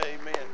Amen